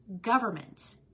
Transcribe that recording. governments